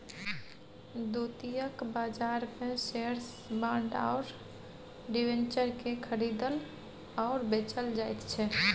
द्वितीयक बाजारमे shares bond आओर डिबेंचरकेँ खरीदल आओर बेचल जाइत छै